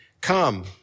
Come